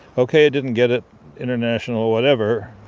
ok, it didn't get it international whatever.